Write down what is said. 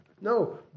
No